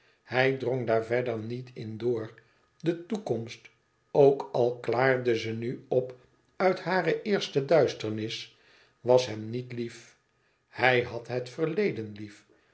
hij drong daar verder niet in door de toekomst ook al klaarde ze nu op uit hare eerste duisternis was hem niet lief hij had het verleden lief